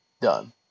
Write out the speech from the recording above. done